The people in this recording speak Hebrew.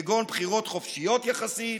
כגון בחירות חופשיות יחסית,